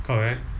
correct